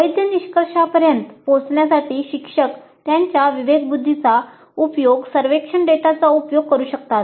वैध निष्कर्षापर्यंत पोहोचण्यासाठी शिक्षक त्यांच्या विवेकबुद्धीचा उपयोग सर्वेक्षण डेटाचा उपयोग करू शकतात